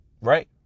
Right